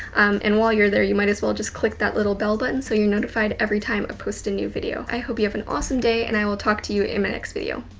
and while you're there, you might as well just click that little bell button so you're notified every time i post a new video. i hope you have an awesome day, and i will talk to you in my next video.